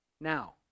now